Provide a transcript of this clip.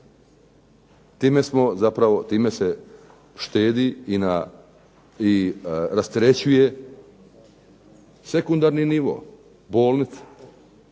zapravo štedi i rasterećuje sekundarni nivo, bolnice.